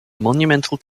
monumental